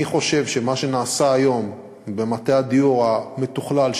אני חושב שמה שנעשה היום במטה הדיור המתוכלל,